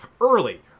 early—